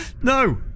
No